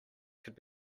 could